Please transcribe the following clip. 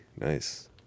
Nice